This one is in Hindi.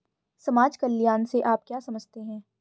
समाज कल्याण से आप क्या समझते हैं?